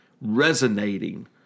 resonating